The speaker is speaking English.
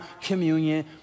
communion